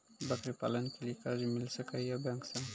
बकरी पालन के लिए कर्ज मिल सके या बैंक से?